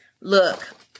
look